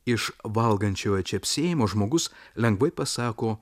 iš valgančiojo čepsėjimo žmogus lengvai pasako